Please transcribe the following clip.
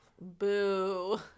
boo